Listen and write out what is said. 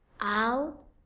out